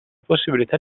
possibilità